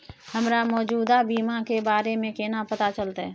हमरा मौजूदा बीमा के बारे में केना पता चलते?